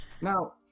Now